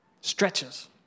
stretches